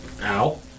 Ow